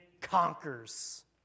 conquers